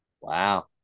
Wow